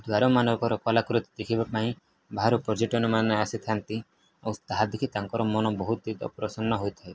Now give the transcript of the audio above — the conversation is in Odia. ଦ୍ୱାରମାନଙ୍କର କଳାକୃତି ଦେଖିବା ପାଇଁ ବାହାରୁ ପର୍ଯ୍ୟଟକମାନେ ଆସିଥାନ୍ତି ଆଉ ତାହା ଦେଖି ତାଙ୍କର ମନ ବହୁତ ପ୍ରସନ୍ନ ହୋଇଥାଏ